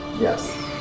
Yes